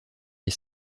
les